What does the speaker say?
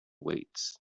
weights